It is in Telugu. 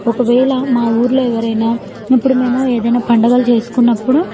ఒకవేళ మా ఊర్లో ఎవరైనా ఇప్పుడు మేము ఏదైనా పండుగలు చేసుకున్నప్పుడు